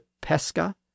Pesca